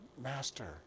master